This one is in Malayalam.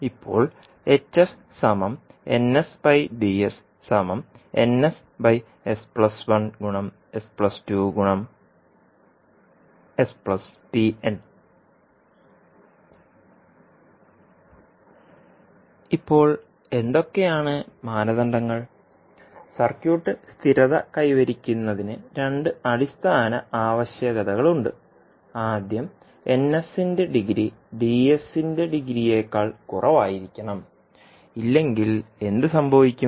ഇപ്പോൾ ഇപ്പോൾ എന്തൊക്കെ ആണ് മാനദണ്ഡങ്ങൾ സർക്യൂട്ട് സ്ഥിരത കൈവരിക്കുന്നതിന് രണ്ട് അടിസ്ഥാന ആവശ്യകതകളുണ്ട് ആദ്യം ന്റെ ഡിഗ്രി ഡിഗ്രിയേക്കാൾ കുറവായിരിക്കണം ഇല്ലെങ്കിൽ എന്ത് സംഭവിക്കും